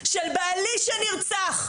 של בעלי שנרצח,